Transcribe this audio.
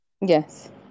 yes